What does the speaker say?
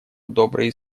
добрые